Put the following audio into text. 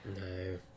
no